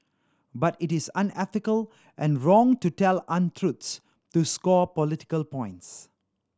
but it is unethical and wrong to tell untruths to score political points